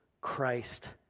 Christ